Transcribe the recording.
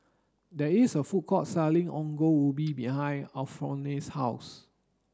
there is a food court selling ongol ubi behind Alphonse's house